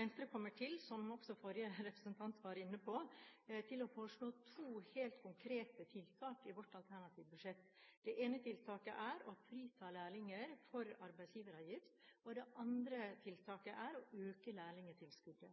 Venstre kommer til, som også forrige representant var inne på, å foreslå to helt konkrete tiltak i sitt alternative budsjett. Det ene tiltaket er å frita lærlinger for arbeidsgiveravgift, og det andre tiltaket er å øke